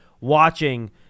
watching